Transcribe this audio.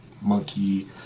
monkey